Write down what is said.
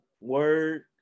word